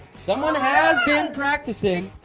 someone has been practicing.